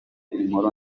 inkuru